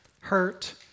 hurt